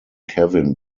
kevin